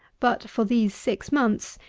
but for these six months,